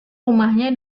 rumahnya